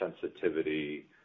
sensitivity